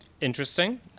interesting